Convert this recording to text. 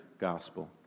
gospel